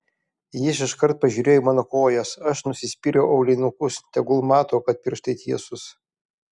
jis iškart pažiūrėjo į mano kojas aš nusispyriau aulinukus tegul mato kad pirštai tiesūs